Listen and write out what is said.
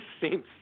seems